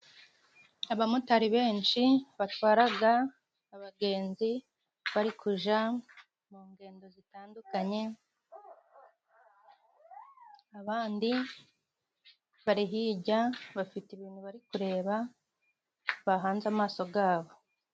Abamotari benshi batwaraga abagenzi bari kuja mu ngendo zitandukanye, abandi bari hirya bafite ibintu bari kureba bahanze amaso gabo.